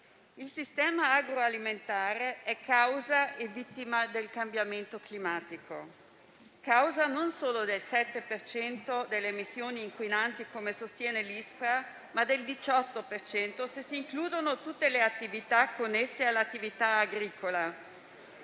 il sistema agroalimentare è causa e vittima del cambiamento climatico: causa non solo del 7 per cento delle emissioni inquinanti come sostiene l'ISPRA, ma del 18 per cento se si includono tutte le attività connesse all'attività agricola